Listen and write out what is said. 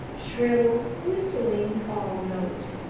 shrill, whistling call note.